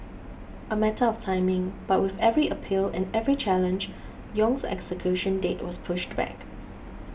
a matter of timing but with every appeal and every challenge Yong's execution date was pushed back